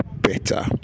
better